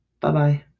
Bye-bye